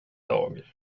dag